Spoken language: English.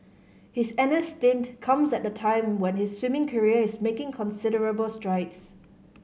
his N S stint comes at a time when his swimming career is making considerable strides